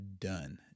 done